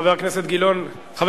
חבר הכנסת דנון,